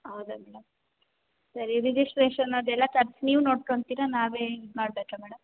ಹೌದಾ ಮೇಡಮ್ ಸರಿ ರಿಜಿಸ್ಟ್ರೇಷನ್ ಅದೆಲ್ಲ ಖರ್ಚು ನೀವು ನೋಡ್ಕೊಂತೀರಾ ನಾವೇ ಮಾಡಬೇಕಾ ಮೇಡಮ್